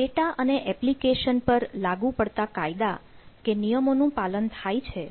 data અને application પર લાગુ પડતા કાયદા કે નિયમોનું પાલન થાય છે